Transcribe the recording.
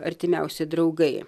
artimiausi draugai